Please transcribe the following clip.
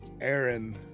Aaron